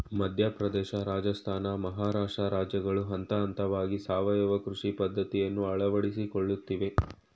ಮಧ್ಯಪ್ರದೇಶ, ರಾಜಸ್ಥಾನ, ಮಹಾರಾಷ್ಟ್ರ ರಾಜ್ಯಗಳು ಹಂತಹಂತವಾಗಿ ಸಾವಯವ ಕೃಷಿ ಪದ್ಧತಿಯನ್ನು ಅಳವಡಿಸಿಕೊಳ್ಳುತ್ತಿವೆ